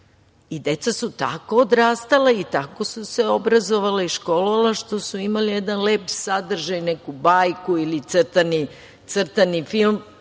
i deca su tako odrastala i tako su se obrazovala i školovala što su imali jedan lep sadržaj, neku bajku ili crtani film